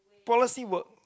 policy work